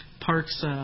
parks